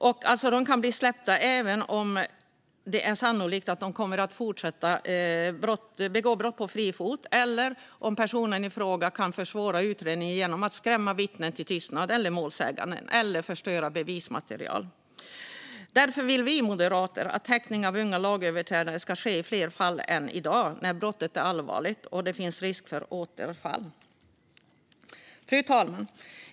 De kan alltså bli släppta även om det är sannolikt att de kommer att fortsätta att begå brott på fri fot, försvåra utredningen genom att skrämma vittnen eller målsägande till tystnad eller förstöra bevismaterial. Därför vill vi moderater att häktning av unga lagöverträdare ska ske i fler fall än i dag när brottet är allvarligt och det finns risk för återfall. Fru talman!